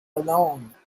alone